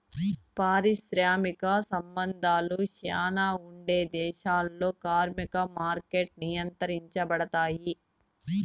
పారిశ్రామిక సంబంధాలు శ్యానా ఉండే దేశాల్లో కార్మిక మార్కెట్లు నియంత్రించబడుతాయి